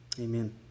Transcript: Amen